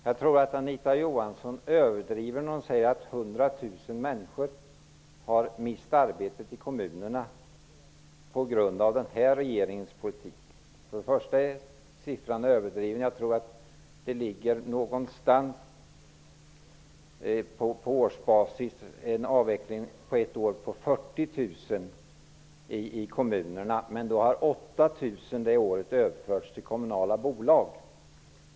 Herr talman! Jag tror att Anita Johansson överdriver när hon säger att 100 000 människor har mist sina arbeten i kommunerna på grund av denna regerings politik. För det första är siffran överdriven. Jag tror att det på årsbasis är fråga om en avveckling i kommunerna som ligger någonstans kring 40 000, men då har 8 000 av dessa överförts till kommunala bolag.